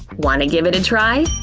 wanna give it a try?